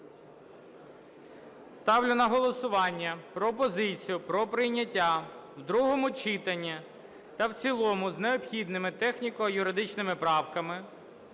Ставлю на голосування пропозицію про прийняття в другому читанні та в цілому з необхідними техніко-юридичними правками